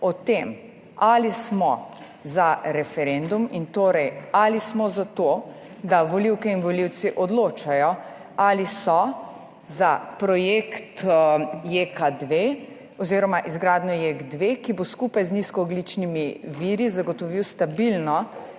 ali smo za referendum. Torej ali smo za to, da volivke in volivci odločajo, ali so za izgradnjo JEK2, ki bo skupaj z nizkoogljičnimi viri zagotovil stabilno